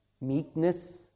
Meekness